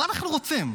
מה אנחנו רוצים?